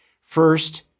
First